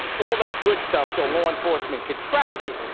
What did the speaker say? all that good stuff so law enforcement could track you.